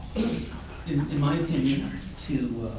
you know in my opinion to